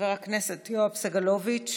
חבר הכנסת יואב סגלוביץ'